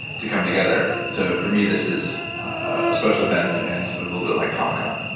to come together. so for me, this is a special event and a little bit like comic-con